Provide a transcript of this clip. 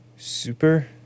Super